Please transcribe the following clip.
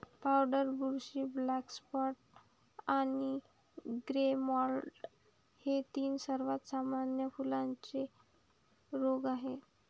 powder बुरशी, black spot आणि grey mould हे तीन सर्वात सामान्य फुलांचे रोग आहेत